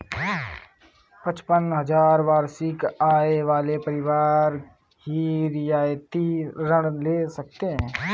पचपन हजार वार्षिक आय वाले परिवार ही रियायती ऋण ले सकते हैं